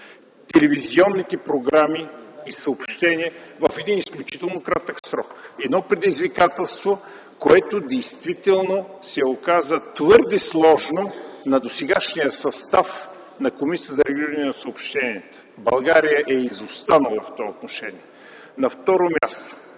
телевизионните програми и съобщенията в изключително кратък срок – предизвикателство, което действително се оказа твърде сложно за досегашния състав на Комисията за регулиране на съобщенията. България е изостанала в това отношение. На второ място,